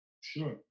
Sure